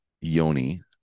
Yoni